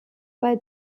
bei